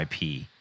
IP